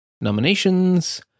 nominations